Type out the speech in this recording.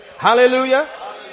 Hallelujah